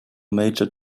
major